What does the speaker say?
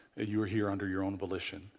ah you are here under your own volition.